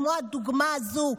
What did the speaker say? כמו הדוגמה הזו,